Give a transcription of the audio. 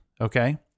Okay